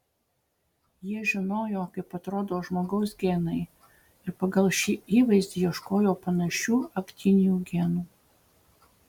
jie žinojo kaip atrodo žmogaus genai ir pagal šį įvaizdį ieškojo panašių aktinijų genų